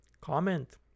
comment